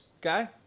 guy